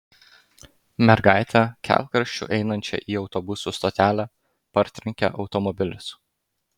mergaitę kelkraščiu einančią į autobusų stotelę partrenkė automobilis